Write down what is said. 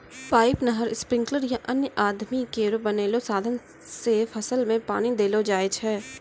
pipe, नहर, sprinkler या अन्य आदमी केरो बनैलो साधन सें फसल में पानी देलो जाय छै